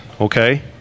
okay